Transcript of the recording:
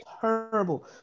Terrible